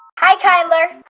hi, kyler.